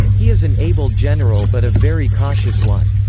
he is an able general but a very cautious one.